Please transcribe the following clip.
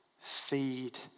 Feed